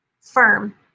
firm